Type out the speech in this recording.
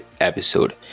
episode